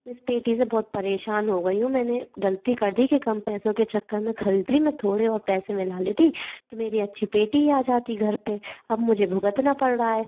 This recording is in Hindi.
उस पेठी से बहुत परेशान हो गई हूँ मैंने ग़लती कर दी कि कम पैसों के चक्कर में ख़रीद ली मैं थोड़े और पैसे मिला लेती तो मेरी अच्छी पेठी आ जाती घर पर अब मुझे भुगतना पड़ रहा है